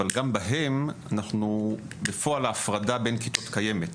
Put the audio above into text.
אבל גם בהם בפועל ההפרדה בין כיתות קיימת,